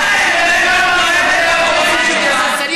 מתי אתה הבאת תועלת לבוחרים שלך?